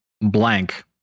blank